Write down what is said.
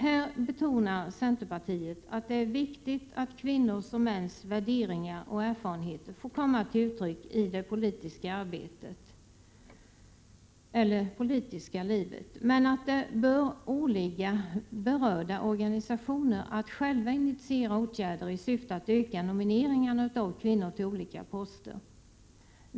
Här betonar centerpartiet hur viktigt det är att kvinnors och mäns värderingar och erfarenheter får komma till uttryck i det politiska livet, men att det bör åligga berörda organisationer att själva initiera åtgärder i syfte att öka nomineringarna av kvinnor till olika poster.